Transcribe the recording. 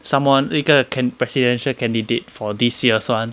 someone 一个 can~ presidential candidate for this year's [one]